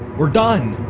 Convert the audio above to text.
we're done!